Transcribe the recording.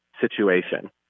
situation